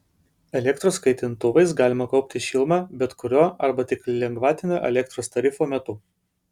elektros kaitintuvais galima kaupti šilumą bet kuriuo arba tik lengvatinio elektros tarifo metu